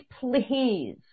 please